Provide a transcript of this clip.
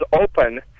open